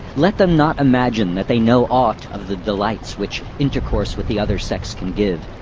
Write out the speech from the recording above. let them not imagine that they know aught of the delights which intercourse with the other sex can give,